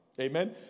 Amen